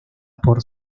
por